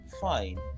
fine